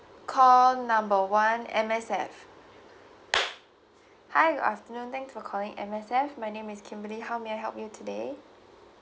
call number one M_S_F hi good afternoon thanks for calling M_S_F my name is kimberly how may I help you today